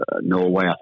Norway